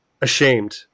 ashamed